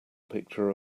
picture